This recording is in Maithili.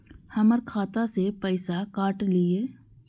हमर खाता से पैसा काट लिए?